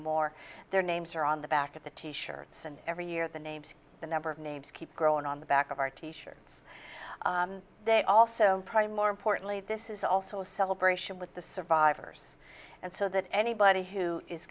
more their names are on the back of the t shirts and every year the names the number of names keep growing on the back of our t shirt they also probably more importantly this is also a celebration with the survivors and so that anybody who is